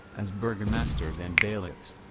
as burgomasters and bailiffs,